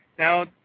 Now